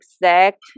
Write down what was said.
exact